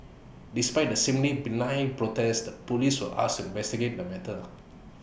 despite the seemingly benign protest the Police were asked investigate the matter